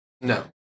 No